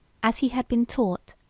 as he had been taught,